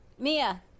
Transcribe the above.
Mia